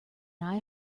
eye